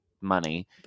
money